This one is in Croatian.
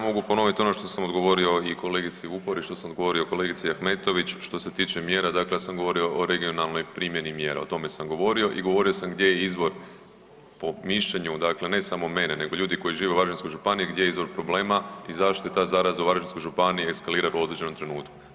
Dakle, ja mogu ponoviti ono što sam odgovorio i kolegici Vupori i što sam odgovorio kolegici Ahmetović, što se tiče mjera dakle ja sam govorio o regionalnoj primjeni mjera, o tome sam govorio i govorio sam gdje je izvor po mišljenju dakle, ne samo mene nego ljudi koji žive u Varaždinskoj županiji gdje je izvor problema i zašto je ta zaraza u Varaždinskoj županiji eskalira u određenom trenutku.